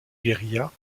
guérilla